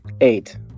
Eight